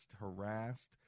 harassed